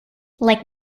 like